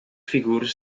figuras